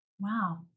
wow